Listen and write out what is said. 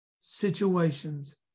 situations